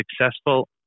successful